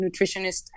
nutritionist